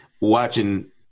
watching